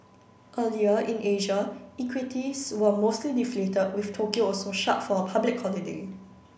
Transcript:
earlier in Asia equities were mostly deflated with Tokyo also shut for a public holiday